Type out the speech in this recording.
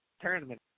tournament